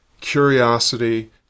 curiosity